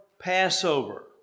Passover